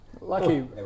lucky